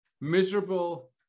miserable